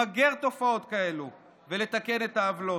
למגר תופעות כאלו ולתקן את העוולות.